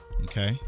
okay